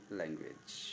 language